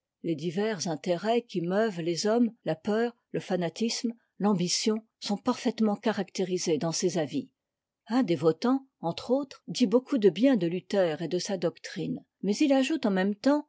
les divers intérêts qui meuvent les hommes la peur le fanatisme l'ambition sont parfaitement caractérisés dans ces avis un des votants entre autres dit beaucoup de bien de luther et de sa doctrine mais il ajoute en même temps